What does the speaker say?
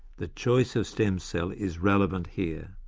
the choice of stem cell is relevant here.